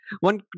one